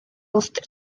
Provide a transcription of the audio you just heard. uzten